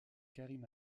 karim